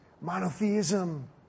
monotheism